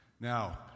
Now